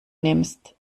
nimmst